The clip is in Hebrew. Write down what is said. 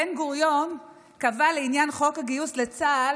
בן-גוריון קבע לעניין חוק הגיוס לצה"ל,